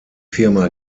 firma